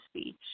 speech